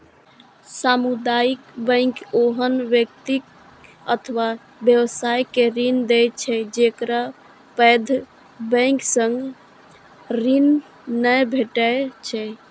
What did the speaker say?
सामुदायिक बैंक ओहन व्यक्ति अथवा व्यवसाय के ऋण दै छै, जेकरा पैघ बैंक सं ऋण नै भेटै छै